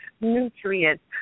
nutrients